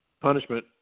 punishment